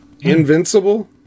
Invincible